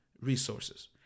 resources